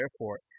airport